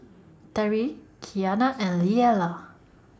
Terri Qiana and Leala